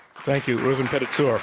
thank you, reuven pedatzur.